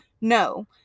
No